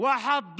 אשר